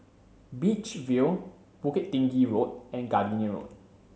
Beach View Bukit Tinggi Road and Gardenia Road